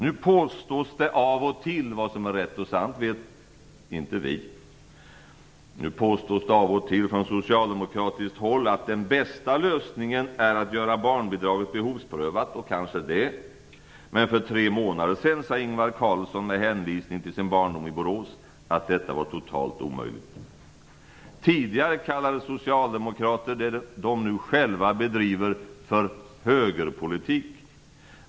Nu påstås det av och till från socialdemokratiskt håll - vad som är rätt och sant vet inte vi - att den bästa lösningen är att göra barnbidraget behovsprövat. Och kanske det, men för tre månader sedan sade Ingvar Carlsson, med hänvisning till sin barndom i Borås, att detta var totalt omöjligt. Tidigare kallade socialdemokrater det de nu själva bedriver för högerpolitik.